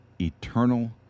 eternal